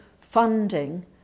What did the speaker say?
funding